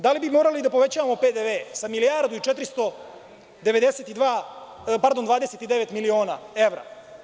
Da li bi morali da povećavamo PDV sa milijardu i 429 miliona evra?